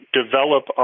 develop